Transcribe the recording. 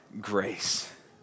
grace